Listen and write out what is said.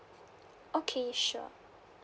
okay sure